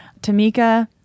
Tamika